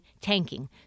tanking